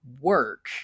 work